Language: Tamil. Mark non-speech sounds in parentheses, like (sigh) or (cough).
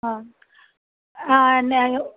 ஆ ஆ (unintelligible)